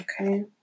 Okay